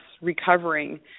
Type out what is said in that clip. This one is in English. recovering